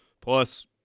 Plus